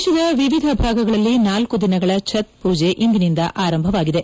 ದೇತದ ವಿವಿಧ ಭಾಗಗಳಲ್ಲಿ ನಾಲ್ತು ದಿನಗಳ ಛತ್ ಪೂಜೆ ಇಂದಿನಿಂದ ಆರಂಭವಾಗಿದೆ